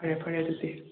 ꯑꯣ ꯐꯔꯦ ꯐꯔꯦ ꯑꯗꯨꯗꯤ